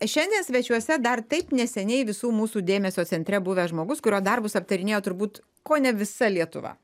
šiandien svečiuose dar taip neseniai visų mūsų dėmesio centre buvęs žmogus kurio darbus aptarinėjo turbūt kone visa lietuva